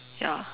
ya